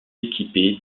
équipés